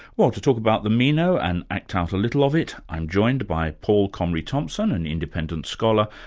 well, to talk about the meno and act out a little of it, i'm joined by paul comrie-thompson, an independent scholar,